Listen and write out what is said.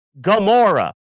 Gamora